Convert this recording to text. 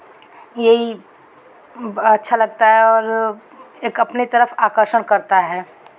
यही अच्छा लगता है और एक अपने तरफ आकर्षण करता है